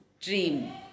dream